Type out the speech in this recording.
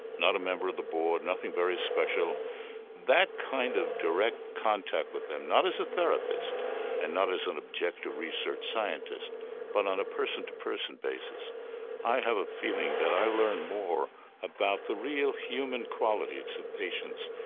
not a member of the board, nothing very special that kind of direct contact with them, not as a therapist and not as an objective research scientist but on a person to person basis i have a feeling that i learned more about the real human qualities of patients.